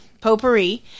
potpourri